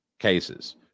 Cases